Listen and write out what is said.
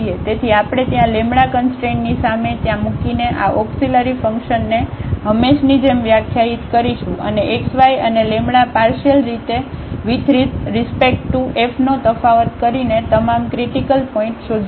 તેથી આપણે ત્યાં કંસટ્રેનની સામે ત્યાં મૂકીને આ ઓક્સીલરી ફંકશનને હંમેશની જેમ વ્યાખ્યાયિત કરીશું અને x y અને પાર્શિયલ રીતે વિથ રિસ્પેક્ટ ટુ fનો તફાવત કરીને તમામ ક્રિટીકલ પોઇન્ટ શોધીશું